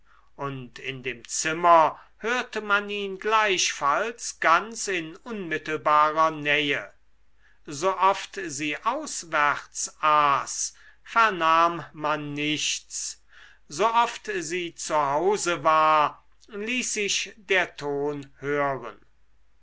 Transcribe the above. und in dem zimmer hörte man ihn gleichfalls ganz in unmittelbarer nähe sooft sie auswärts aß vernahm man nichts sooft sie zu hause war ließ sich der ton hören